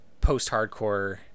post-hardcore